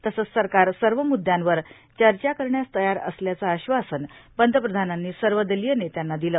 तसंच सरकार सर्व म्द्यांवर चर्चा करण्यास तयार असल्याचं आश्वासन पंतप्रधानांनी सर्व दलीय नेत्यांना दिलं